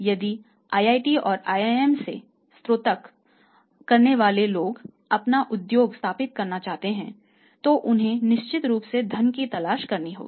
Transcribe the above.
यदि आईआईटी और आईआईएम से स्नातक करने वाले लोग अपना उद्योग स्थापित करना चाहते हैं तो उन्हें निश्चित रूप से धन की तलाश करनी होगी